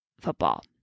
football